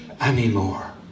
anymore